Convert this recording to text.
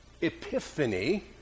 epiphany